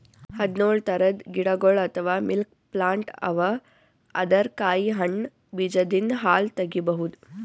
ಹದ್ದ್ನೊಳ್ ಥರದ್ ಗಿಡಗೊಳ್ ಅಥವಾ ಮಿಲ್ಕ್ ಪ್ಲಾಂಟ್ ಅವಾ ಅದರ್ ಕಾಯಿ ಹಣ್ಣ್ ಬೀಜದಿಂದ್ ಹಾಲ್ ತಗಿಬಹುದ್